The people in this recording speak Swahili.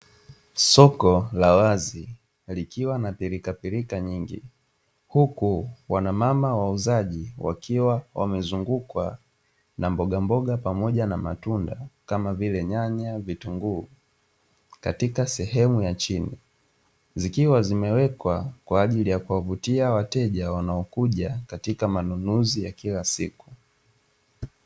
Soko la wazi likiwa na pilika pilika nyingi. Huku wanamama wauzaji wakiwa wamezungukwa na mboga mboga pamoja na matunda, kama vile nyanya, vitunguu katika sehemu ya chini. Zikiwa zimewekwa kwa ajili ya kuwavutia wateja wanaokuja katika manunuzi ya kila siku.